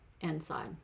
inside